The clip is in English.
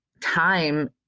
time